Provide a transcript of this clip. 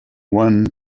won